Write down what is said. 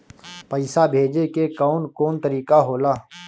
पइसा भेजे के कौन कोन तरीका होला?